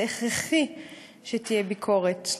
זה הכרחי שתהיה ביקורת.